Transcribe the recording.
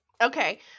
Okay